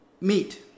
meet